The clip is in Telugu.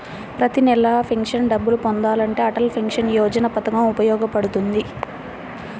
ప్రతి నెలా పెన్షన్ డబ్బులు పొందాలంటే అటల్ పెన్షన్ యోజన పథకం ఉపయోగపడుతుంది